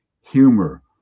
humor